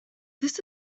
this